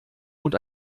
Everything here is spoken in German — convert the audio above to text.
und